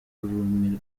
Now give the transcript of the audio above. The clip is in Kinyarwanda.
ururimi